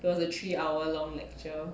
it was a three hour long lecture